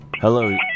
Hello